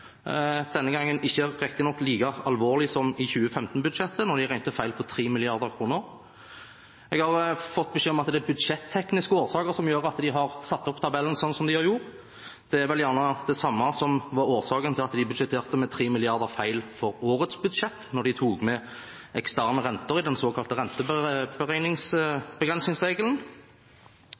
denne gangen riktignok ikke like alvorlig som i 2015-budsjettet, da de regnet feil med 3 mrd. kr. Jeg har fått beskjed om at det er budsjettekniske årsaker som gjør at de har satt opp tabellen som de har gjort. Det er vel gjerne det samme som var årsaken til at de budsjetterte feil med 3 mrd. kr i budsjettet for 2015, da de tok med eksterne renter i den såkalte